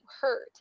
hurt